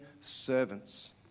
servants